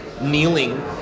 kneeling